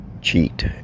cheat